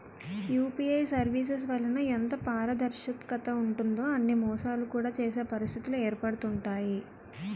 UPI services వలన ఎంత పారదర్శకత ఉంటుందో అని మోసాలు కూడా చేసే పరిస్థితిలు ఏర్పడుతుంటాయి